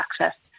access